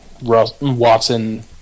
Watson